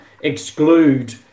exclude